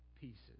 pieces